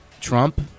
Trump